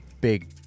big